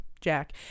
jack